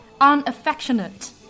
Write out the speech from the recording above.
Unaffectionate